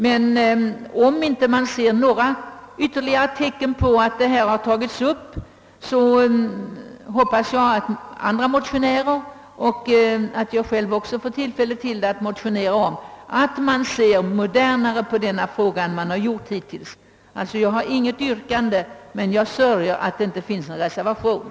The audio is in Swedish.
Om vi inte får se några ytterligare tecken på att denna fråga har tagits upp, hoppas jag emellertid att andra ledamöter och även jag själv får tillfälle att motionera om att man ser modernare på detta problem än man gjort hittills. Jag har inte något yrkande, men jag sörjer över att det inte finns någon reservation.